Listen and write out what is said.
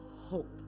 hope